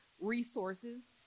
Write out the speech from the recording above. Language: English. resources